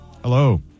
Hello